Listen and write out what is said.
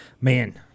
Man